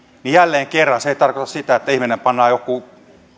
niin jälleen kerran se ei tarkoita sitä että ihminen pannaan johonkin